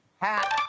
hat.